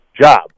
job